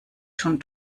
schon